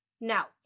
Now